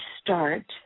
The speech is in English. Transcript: start